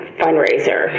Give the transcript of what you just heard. fundraiser